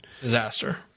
Disaster